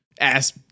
Ass